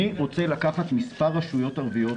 אני רוצה לקחת מספר רשויות ערביות